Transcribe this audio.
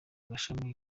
gashami